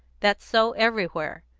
that's so everywhere.